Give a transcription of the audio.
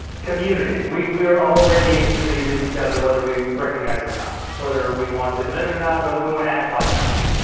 community, we we are already a community with each other whether we recognize it or not, whether we want to admit it or not, whether we want to act like it or not.